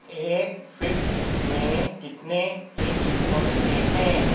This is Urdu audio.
ایک فٹ میں کتنے انچ ہوتے ہیں